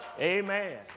Amen